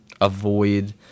avoid